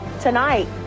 tonight